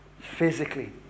physically